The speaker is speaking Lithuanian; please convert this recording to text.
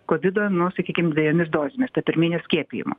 kovido nu sakykim dvejomis dozėmis to pirminio skiepijimo